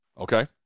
Okay